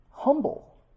Humble